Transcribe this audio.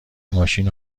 ماشین